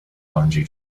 bungee